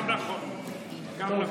גם נכון, גם נכון.